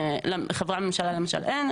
לחברי הממשלה למשל אין,